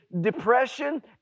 depression